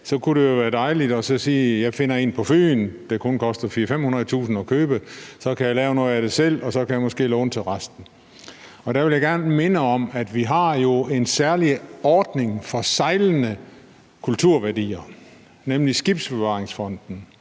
– kunne det være dejligt at sige, at jeg finder et på Fyn, der kun koster 400.000-500.000 kr. at købe, så kan jeg lave noget af det selv, og så kan jeg måske låne til resten. Der vil jeg gerne minde om, at vi jo har en særlig ordning for sejlende kulturværdier, nemlig Skibsbevaringsfonden,